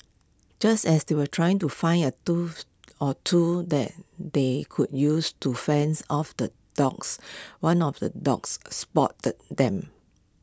just as they were trying to find A tools or two that they could use to fends off the dogs one of the dogs A spotted them